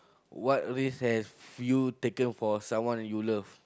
what risk has you taken for someone you love